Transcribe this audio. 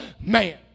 man